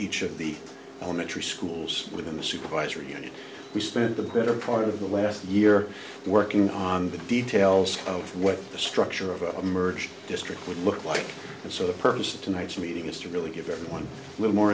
each of the elementary schools within the supervisory unit we spent the better part of the last year working on the details of what the structure of a merged district would look like and so the purpose of tonight's meeting is to really give everyone a little more